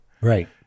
Right